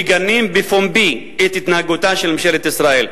מגנים בפומבי את התנהגותה של ממשלת ישראל.